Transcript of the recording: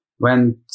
went